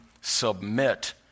submit